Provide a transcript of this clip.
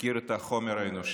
מכיר את החומר האנושי,